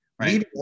Right